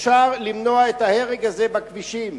אפשר למנוע את ההרג הזה בכבישים,